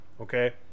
okay